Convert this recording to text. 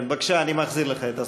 בבקשה, אני מחזיר לך את הזמן.